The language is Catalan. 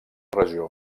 regió